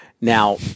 now